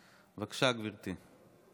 בבקשה, גברתי.